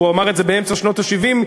הוא אמר את זה באמצע שנות ה-70,